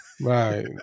Right